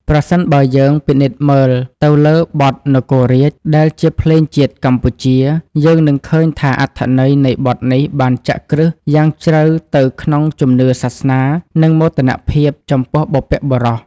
ប្រសិនបើយើងពិនិត្យមើលទៅលើបទ នគររាជ ដែលជាភ្លេងជាតិកម្ពុជា យើងនឹងឃើញថាអត្ថន័យនៃបទនេះបានចាក់គ្រឹះយ៉ាងជ្រៅទៅក្នុងជំនឿសាសនា និងមោទនភាពចំពោះបុព្វបុរស។